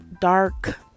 dark